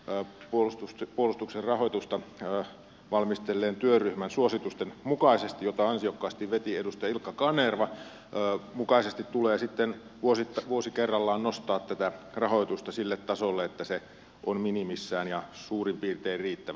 tai puolustusta puolustuksen rahoitusta valmistelleen parlamentaarisen työryhmän jota ansiokkaasti veti ilkka kanerva suositusten mukaisesti tulee vuosi kerrallaan nostaa tätä rahoitusta sille tasolle että se on minimissään ja suurin piirtein riittävä